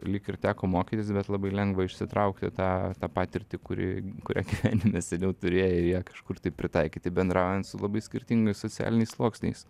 lyg ir teko mokytis bet labai lengva išsitraukti tą tą patirtį kuri kurią gyvenime seniau turėjai ir ją kažkur tai pritaikyti bendraujant su labai skirtingais socialiniais sluoksniais